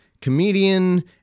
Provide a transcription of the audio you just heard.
comedian